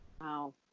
Wow